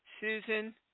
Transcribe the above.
susan